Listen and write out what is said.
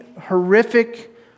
horrific